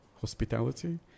hospitality